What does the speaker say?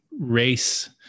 race